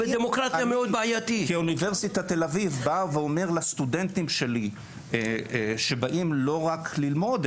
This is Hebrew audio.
אבל אני כאונ' תל אביב בא ואומר לסטודנטים שלי שבאים לא רק ללמוד,